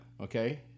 Okay